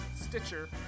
Stitcher